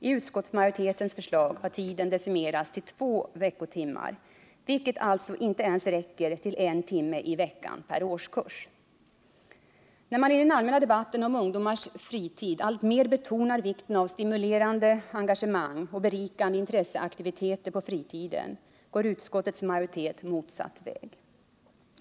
I utskottsmajoritetens förslag har tiden decimerats till två veckotimmar, vilket alltså inte ens räcker 49 När man i den allmänna debatten om ungdomars fritid alltmer betonar vikten av stimulerande engagemang och berikande intresseaktiviteter på fritiden, går utskottets majoritet motsatt väg.